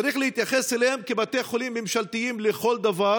צריך להתייחס אליהם כאל בתי חולים ממשלתיים לכל דבר